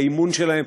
באימון שלהם,